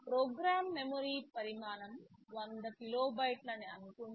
programme memory పరిమాణం 100 కిలోబైట్లని అనుకుంటే